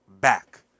back